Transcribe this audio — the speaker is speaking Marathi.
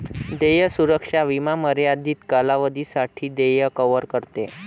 देय सुरक्षा विमा मर्यादित कालावधीसाठी देय कव्हर करते